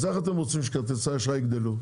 אז איך אתם רוצים שכרטיסי האשראי יגדלו?